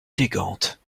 élégante